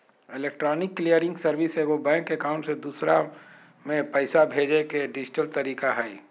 electronic clearing service एगो bank account से दूसर में पैसा भेजय के डिजिटल तरीका हइ